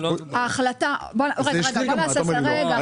בוא נעשה סדר,